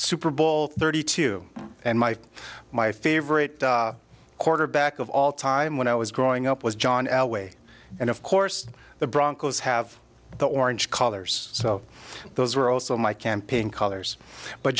super bowl thirty two and my my favorite quarterback of all time when i was growing up was john elway and of course the broncos have the orange colors so those were also my campaign colors but